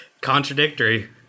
contradictory